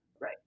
right